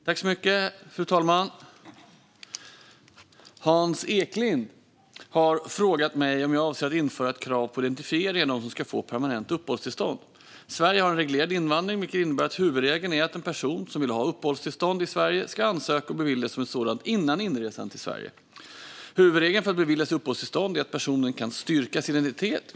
Fru talman! Hans Eklind har frågat mig om jag avser att införa ett krav på identifiering av dem som ska få permanent uppehållstillstånd. Sverige har en reglerad invandring, vilket innebär att huvudregeln är att en person som vill ha uppehållstillstånd i Sverige ska ansöka och beviljas ett sådant före inresan till Sverige. Huvudregeln för att beviljas uppehållstillstånd är att personen kan styrka sin identitet.